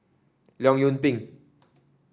Leong Yoon Pin